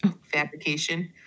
Fabrication